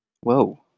Whoa